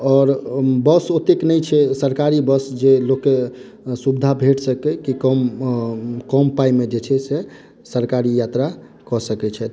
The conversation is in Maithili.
आओर बस ओतेक नहि छै सरकारी बस जे लोक के सुविधा भेट सकै की कम कम पाई मे जे छै से सरकारी यात्रा कऽ सकै छथि